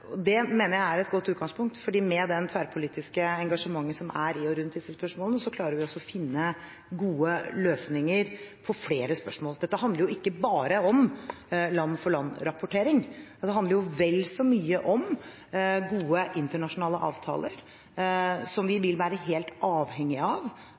spørsmålene. Det mener jeg er et godt utgangspunkt, for med det tverrpolitiske engasjementet som er rundt disse spørsmålene, klarer vi å finne gode løsninger på flere spørsmål. Dette handler jo ikke bare om land-for-land-rapportering; det handler vel så mye om gode internasjonale avtaler, som vi vil være helt avhengig av